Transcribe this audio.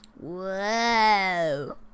Whoa